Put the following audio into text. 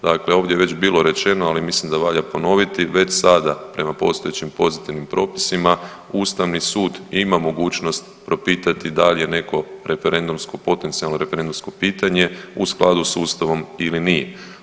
Dakle ovdje je već bilo rečeno ali mislim da valja ponoviti već sada prema postojećim pozitivnim propisima Ustavni sud ima mogućnost propitati da li je neko referendumsko, potencijalno referendumsko pitanje u skladu s Ustavom ili nije.